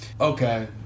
okay